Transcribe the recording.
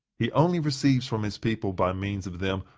he only receives from his people, by means of them,